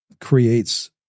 creates